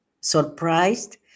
surprised